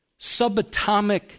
subatomic